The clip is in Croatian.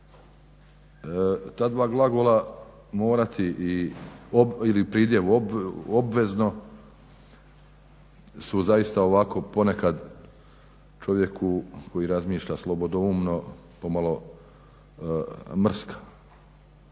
Ta dva glagola morati ili pridjev obvezno su zaista ovako ponekad čovjeku koji razmišlja slobodoumno pomalo mrska,